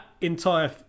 entire